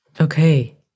Okay